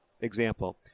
example